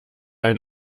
ein